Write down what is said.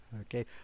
okay